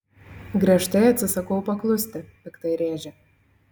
griežtai atsisakau paklusti piktai rėžia